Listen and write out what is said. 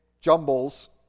jumbles